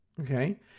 Okay